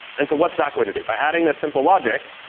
and so what's that going to do? by adding this simple logic,